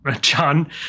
John